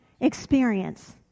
experience